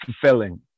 fulfilling